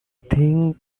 thing